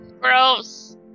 gross